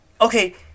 okay